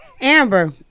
Amber